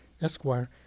Esquire